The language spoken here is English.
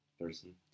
person